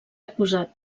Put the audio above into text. acusat